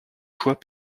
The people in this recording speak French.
choix